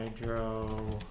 girl!